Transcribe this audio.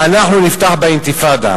אנחנו נפתח באינתיפאדה.